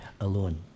alone